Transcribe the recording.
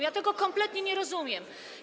Ja tego kompletnie nie rozumiem.